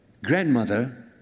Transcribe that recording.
Grandmother